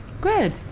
Good